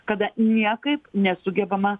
kada niekaip nesugebama